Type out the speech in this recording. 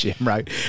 Right